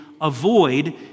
avoid